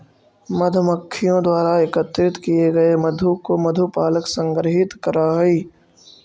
मधुमक्खियों द्वारा एकत्रित किए गए मधु को मधु पालक संग्रहित करअ हई